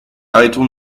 arrêtons